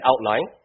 outline